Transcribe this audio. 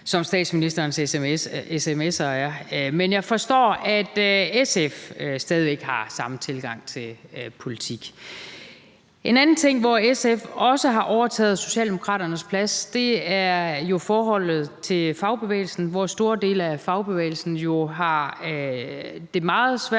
som statsministerens sms'er er. Men jeg forstår, at SF stadig væk har samme tilgang til politik. Et andet sted, hvor SF også har overtaget Socialdemokraternes plads, er forholdet til fagbevægelsen, hvor store dele af fagbevægelsen jo har meget svært